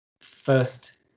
first